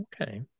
Okay